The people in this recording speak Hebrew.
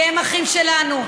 כי הם אחים שלנו,